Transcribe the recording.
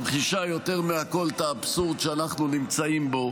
ממחישה יותר מהכול את האבסורד שאנחנו נמצאים בו,